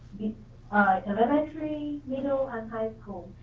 the elementary, middle and high school,